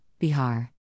Bihar